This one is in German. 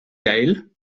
geil